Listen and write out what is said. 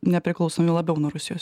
nepriklausomi labiau nuo rusijos